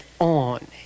on